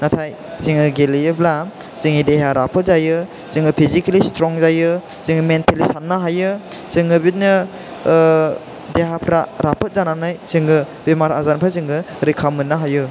नाथाय जोङो गेलेयोब्ला जोंनि देहाया राफोद जायो जों फिजिकेलि स्ट्रं जायो जों मेनटेलि साननो हायो जोङो बिदिनो देहाफ्रा राफोद जानानै जोङो बेमार आजारनिफ्राय जोङो रैखा मोननो हायो